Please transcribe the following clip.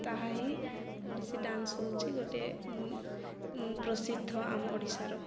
ତାହା ହିଁ ଓଡ଼ିଶୀ ଡାନ୍ସ ହେଉଛି ଗୋଟେ ପ୍ରସିଦ୍ଧ ଆମ ଓଡ଼ିଶାର